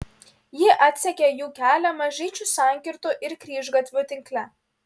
ji atsekė jų kelią mažyčių sankirtų ir kryžgatvių tinkle